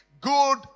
good